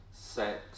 sex